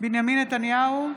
בנימין נתניהו,